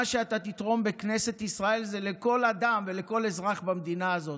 מה שאתה תתרום בכנסת ישראל זה לכל אדם ולכל אזרח במדינה הזאת.